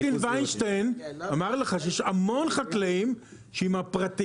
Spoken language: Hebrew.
עורך דין דוד ויינשטיין אמר לך שיש המון חקלאים הפרטיים